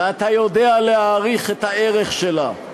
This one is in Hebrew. ואתה יודע להעריך את הערך שלה,